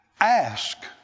ask